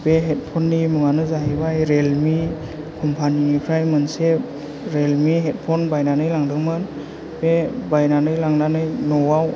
बे हेदफननि मुङानो जाहैबाय रियेलमि कम्फानिफ्राय मोनसे रियेलमि हेदफन बायनानै लादोंमोन बे बायनानै लांनानै न'आव